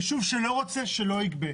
יישוב שלא רוצה, שלא ייגבה.